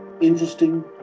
interesting